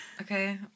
Okay